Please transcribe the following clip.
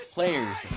Players